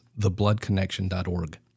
thebloodconnection.org